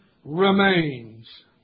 remains